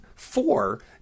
four